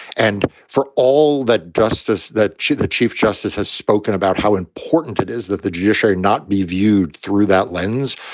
and for all that justice that the chief justice has spoken about, how important it is that the judiciary not be viewed through that lens.